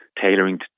tailoring